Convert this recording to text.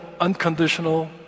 unconditional